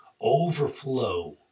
overflow